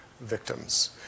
victims